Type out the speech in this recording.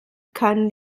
kann